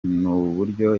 n’uburyo